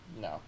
no